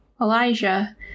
Elijah